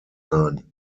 sein